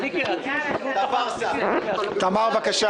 תמר, בבקשה.